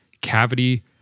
cavity